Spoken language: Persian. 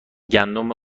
گندم